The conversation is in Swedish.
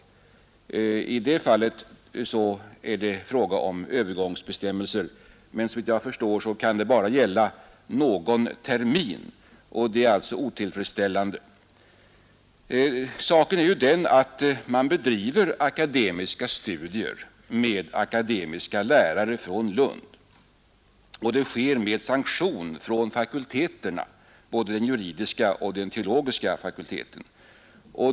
Dessa bestämmelser kan emellertid, såvitt jag förstår, bara gälla någon termin, och de är alltså otilltredsställande. Det förhåller sig ju så, att man bedriver akademiska studier med akademiska lärare från Lund, och det sker med sanktion från fakulteterna, bäde den juridiska och den teologiska fakulteten.